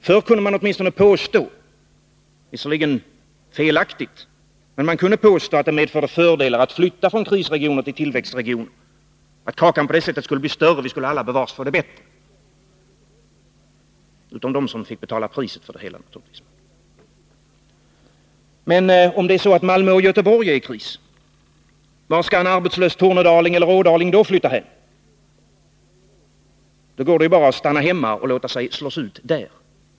Förr kunde man åtminstone påstå — visserligen felaktigt — att det medförde fördelar att flytta från krisregioner till tillväxtregioner. Kakan skulle på det sättet bli större, vi skulle alla, bevars, få det bättre — utom de som fick betala priset för det hela, naturligtvis. Men om Malmö och Göteborg är i kris, vart skall en arbetslös tornedaling eller ådaling då flytta? Då går det ju bara att stanna hemma och låta sig slås ut där.